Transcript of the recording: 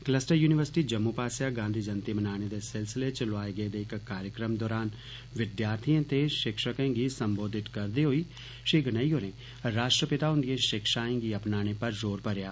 cluster university Jammu पास्सेआ गांधी जयंति मनाने दे सिलसिले च लोआए गेदे इक्क कार्यक्रम दौरान विद्यार्थियें ते शिक्षकें गी संबोधित करदे होई श्री गनई होरें राष्ट्रपतिा हुन्दियें शिक्षाएं गी अपनाने पर जोर भरेया